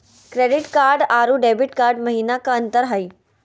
Credit card अरू debit card महिना का अंतर हई?